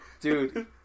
Dude